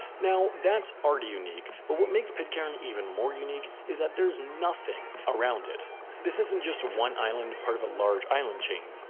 now, that's already unique but what makes pitcairn even more unique is that there's nothing around it this isn't just one island part of a large island chain.